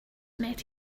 met